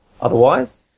otherwise